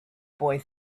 boy